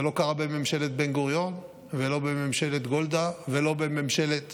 זה לא קרה בממשלת בן-גוריון ולא בממשלת גולדה ולא בממשלת